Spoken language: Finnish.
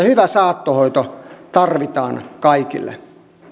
hyvä saattohoito tarvitaan kaikille